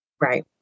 right